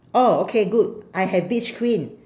oh okay good I have beach queen